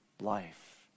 life